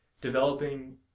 developing